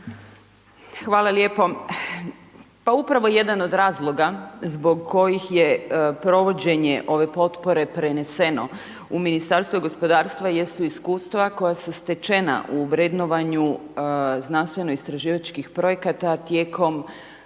Hvala lijepo. Pa upravo jedan od razloga zbog kojih je provođenje ove potpore preneseno u Ministarstvo gospodarstva jesu iskustva koja su stečena u vrednovanju znanstveno-istraživačkih projekta tijekom